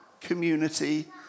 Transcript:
community